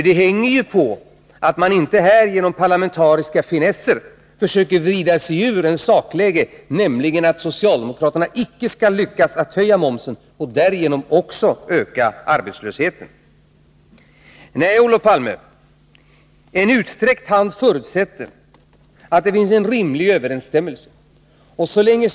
Det hänger på att man inte genom parlamentariska finesser försöker vrida sig ur ett sakläge, nämligen att socialdemokraterna icke skall lyckas höja momsen och därigenom också öka arbetslösheten. Nej, Olof Palme, en utsträckt hand förutsätter att det finns en rimlig överensstämmelse med förhållandena.